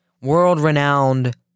world-renowned